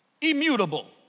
Immutable